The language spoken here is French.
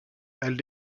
elles